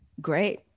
great